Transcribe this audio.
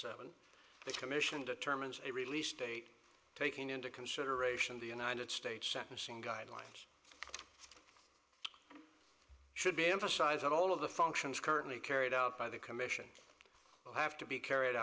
seven the commission determines a release date taking into consideration the united states sentencing guidelines should be emphasized at all of the functions currently carried out by the commission will have to be carried